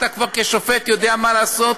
אתה כבר כשופט יודע מה לעשות.